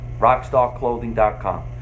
RockstarClothing.com